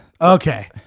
okay